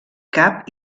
cap